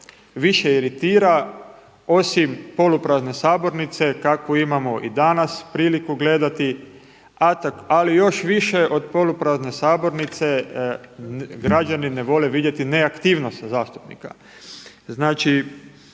više iritira osim poluprazne sabornice kakvu imamo i danas priliku gledati, ali još više od poluprazne sabornice, građani ne vole vidjeti neaktivnost zastupnika.